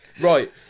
Right